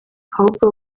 ahubwo